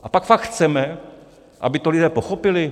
A pak fakt chceme, aby to lidé pochopili?